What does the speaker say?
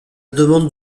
demande